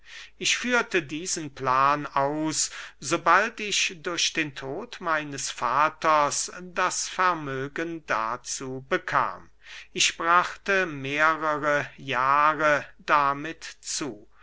ich führte diesen plan aus sobald ich durch den tod meines vaters das vermögen dazu bekam ich brachte mehrere jahre damit zu